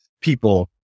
people